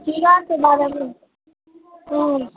जिलाके बारेमे हुँ